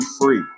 free